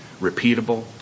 repeatable